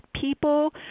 people